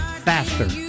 faster